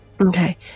Okay